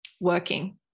working